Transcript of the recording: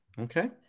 Okay